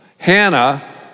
Hannah